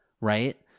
Right